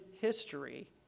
history